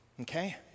Okay